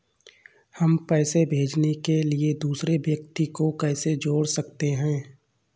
हम पैसे भेजने के लिए दूसरे व्यक्ति को कैसे जोड़ सकते हैं?